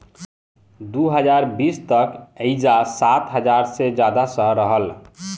दू हज़ार बीस तक एइजा सात हज़ार से ज्यादा शहर रहल